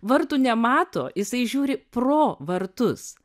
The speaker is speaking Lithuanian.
vartų nemato jisai žiūri pro vartus